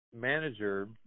manager